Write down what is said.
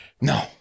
No